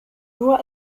nur